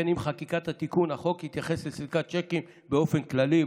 שכן עם חקיקת התיקון החוק יתייחס לסליקת צ'קים באופן כללי,